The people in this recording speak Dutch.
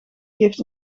geeft